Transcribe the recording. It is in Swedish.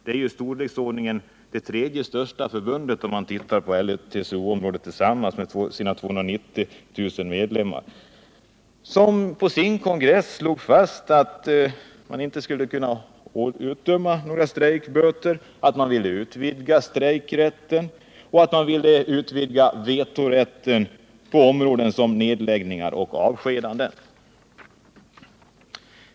SIF är med sina 290 000 medlemmar till storleken det tredje förbundet på LO-TCO-området. På sin kongress slog SIF fast att man inte borde utdöma strejkböter, att strejkrätten borde utvidgas och att vetorätten borde utvidgas när det t.ex. gäller nedläggningar och avskedanden.